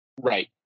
Right